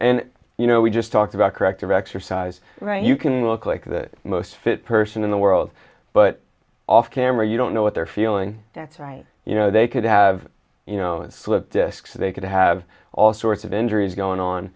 and you know we just talked about corrective exercise right you can look like the most fit person in the world but off camera you don't know what they're feeling that's right you know they could have you know slip disks they could have all sorts of injuries going on